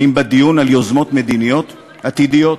האם בדיון על יוזמות מדיניות עתידיות?